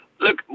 Look